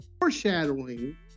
foreshadowing